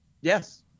Yes